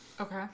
Okay